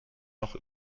noch